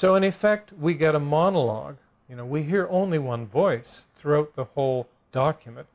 so in effect we get a monologue you know we hear only one voice through the whole document